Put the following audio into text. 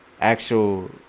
actual